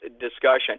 discussion